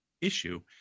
issue